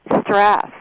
stress